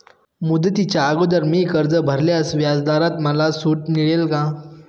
मुदतीच्या अगोदर मी कर्ज भरल्यास व्याजदरात मला सूट मिळेल का?